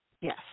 Yes